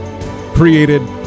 created